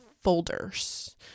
folders